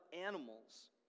animals